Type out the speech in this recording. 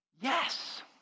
Yes